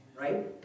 Right